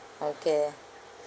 okay